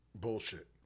bullshit